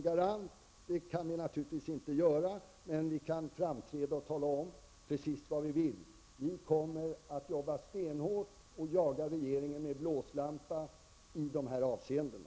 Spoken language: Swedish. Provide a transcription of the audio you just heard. Vi kan naturligtvis inte framstå som garant, men vi kan framträda och tala om precis vad vi vill. Vi kommer att jobba stenhårt och jaga regeringen med blåslampa i de här avseendena.